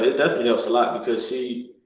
ah definitely helps a lot because she,